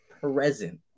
present